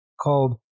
called